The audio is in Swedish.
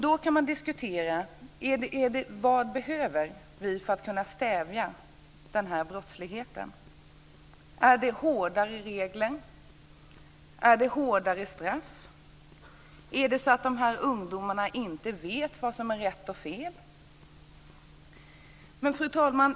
Då kan man diskutera vad vi behöver för att kunna stävja den här brottsligheten. Är det hårdare regler eller hårdare straff som behövs? Är det så att de här ungdomarna inte vet vad som är rätt och fel?